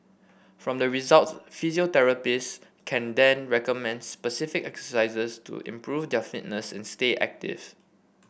from the results physiotherapist can then recommend specific exercises to improve their fitness and stay active